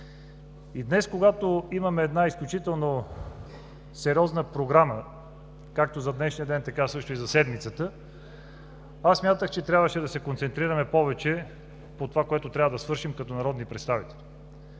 И днес, когато имаме една изключително сериозна програма, както за днешния ден, така също и за седмицата, аз смятах, че трябваше да се концентрираме повече по това, което трябва да свършим като народни представители.